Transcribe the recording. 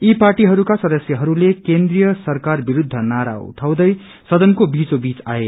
यी पार्टीहरूका सदस्यहरूले केन्द्रीय सरकार विरूद्ध नारा लगाउँदै सदनको विचाविच आए